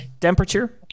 temperature